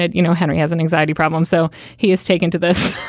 ah you know, henry has an anxiety problem. so he is taken to this,